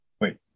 Wait